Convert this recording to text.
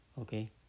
Okay